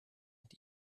mit